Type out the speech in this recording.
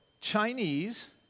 Chinese